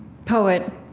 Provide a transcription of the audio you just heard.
poet,